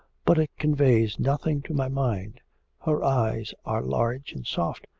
but it conveys nothing to my mind her eyes are large and soft,